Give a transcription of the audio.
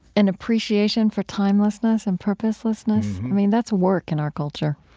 an appreciation for timelessness and purposelessness, i mean, that's work in our culture